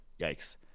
yikes